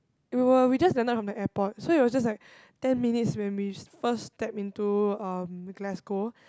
it were we just landed from the airport so it was just like ten minutes when we first step into um Glasgow